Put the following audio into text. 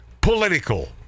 political